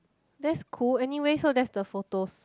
that's cool anyway so that's her photos